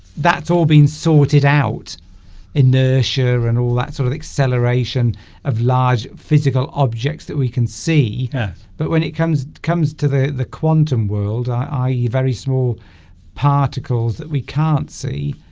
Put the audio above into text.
that's all been sorted out inertia and all that sort of acceleration of large physical objects that we can see but when it comes comes to the the quantum world ie very small particles that we can't see